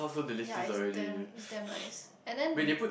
yea is damn is damn nice and then